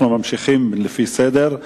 אנחנו ממשיכים לפי סדר.